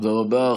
תודה רבה.